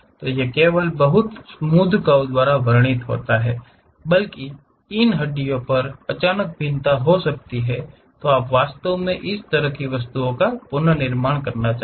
ये केवल बहुत स्मूध कर्व द्वारा वर्णित नहीं हैं बल्कि इन हड्डियों पर अचानक भिन्नता हो सकती है आप वास्तव में इस तरह की वस्तुओं का पुनर्निर्माण करना चाहते हैं